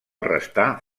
restar